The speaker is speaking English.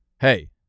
hey